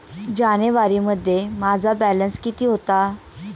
जानेवारीमध्ये माझा बॅलन्स किती होता?